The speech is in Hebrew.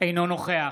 אינו נוכח